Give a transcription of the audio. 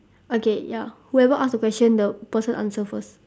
okay ya whoever ask the question the person answer first